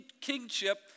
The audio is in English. kingship